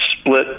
split